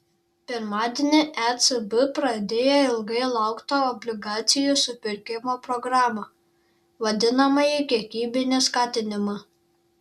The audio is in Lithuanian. pirmadienį ecb pradėjo ilgai lauktą obligacijų supirkimo programą vadinamąjį kiekybinį skatinimą